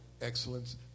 excellence